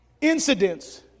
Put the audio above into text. incidents